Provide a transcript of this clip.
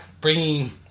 bringing